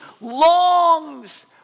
longs